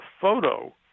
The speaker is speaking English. photo